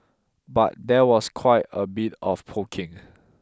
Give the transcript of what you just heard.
but there was quite a bit of poking